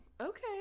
okay